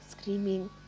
screaming